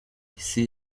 isi